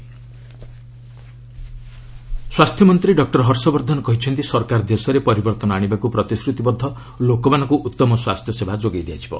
ଗଭ୍ health ସ୍ୱାସ୍ଥ୍ୟମନ୍ତ୍ରୀ doctor Harshvardhan କହିଛନ୍ତି ସରକାର ଦେଶରେ ପରିବର୍ତ୍ତନ ଆଣିବାକୁ ପ୍ରତିଶ୍ରତିବଦ୍ଧ ଓ ଲୋକମାନଙ୍କୁ ଉତ୍ତମ ସ୍ୱାସ୍ଥ୍ୟସେବା ଯୋଗାଇ ଦିଆଯିବ